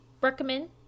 recommend